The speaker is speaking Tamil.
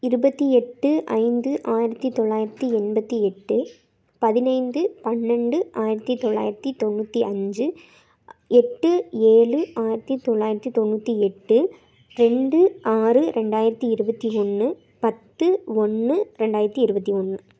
இருபத்தி எட்டு ஐந்து ஆயிரத்தி தொள்ளாயிரத்தி எண்பத்தி எட்டு பதினைந்து பன்னெண்டு ஆயிரத்தி தொள்ளாயிரத்தி தொண்ணூற்றி அஞ்சு எட்டு ஏழு ஆயிரத்தி தொள்ளாயிரத்தி தொண்ணூற்றி எட்டு ரெண்டு ஆறு ரெண்டாயிரத்தி இருபத்தி ஒன்று பத்து ஒன்று ரெண்டாயிரத்தி இருபத்தி ஒன்று